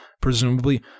Presumably